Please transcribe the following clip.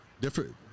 different